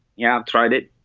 yeah, i tried it.